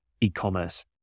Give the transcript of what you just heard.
e-commerce